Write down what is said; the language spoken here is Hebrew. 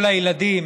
כל הילדים